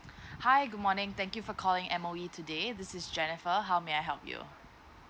hi good morning thank you for calling M_O_E today this is jennifer how may I help you